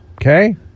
Okay